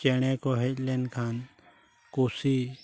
ᱪᱮᱬᱮ ᱠᱚ ᱦᱮᱡᱞᱮᱱ ᱠᱷᱟᱱ ᱠᱩᱥᱤ